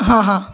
हां हां